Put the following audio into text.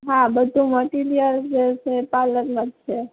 હા બધું મટીરીયલ જે છે એ પાર્લરમાં છે